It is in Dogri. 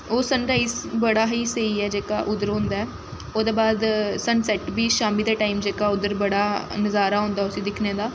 ओह् सन राइज बड़ा ही स्हेई ऐ जेह्का उद्धर होंदा ऐ ओह्दे बाद सन सैट्ट बी शामी दे टाइम जेह्का उद्धर बड़ा नजारा होंदा उस्सी दिक्खने दा